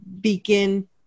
begin